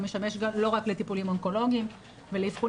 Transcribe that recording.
הוא משמש לא רק לטיפולים אונקולוגיים ואבחונים